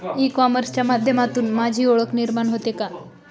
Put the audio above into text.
E कॉमर्सच्या माध्यमातून माझी ओळख निर्माण होते का?